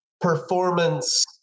performance